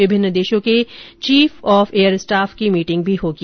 विभिन्न देशों के चीफ ऑफ एयर स्टॉफ की मीटिंग भी होगी